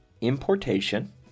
importation